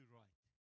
right